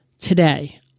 Today